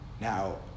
Now